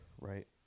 right